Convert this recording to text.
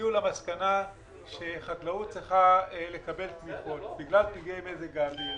הגיעו למסקנה שחקלאות צריכה לקבל תמיכות בגלל פגעי מזג האוויר,